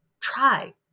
try